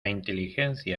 inteligencia